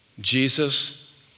Jesus